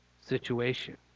situation